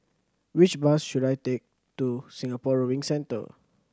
which bus should I take to Singapore Rowing Centre